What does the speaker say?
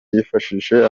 yifashe